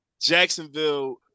Jacksonville